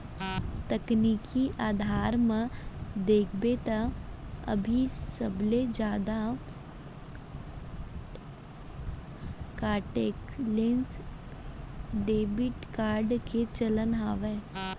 तकनीकी अधार म देखबे त अभी सबले जादा कांटेक्टलेस डेबिड कारड के चलन हावय